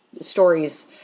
stories